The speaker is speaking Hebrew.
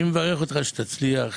אני מברך אותך שתצליח,